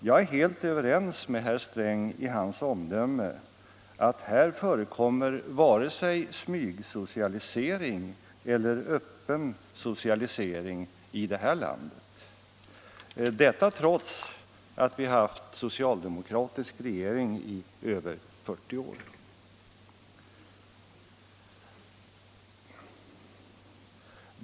Jag är helt överens med herr Sträng i hans omdöme att det förekommer varken smygsocialisering eller öppen socialisering i det här landet, detta trots att vi har haft socialdemokratisk regering i över 40 år.